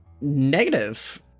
Negative